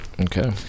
Okay